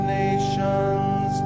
nations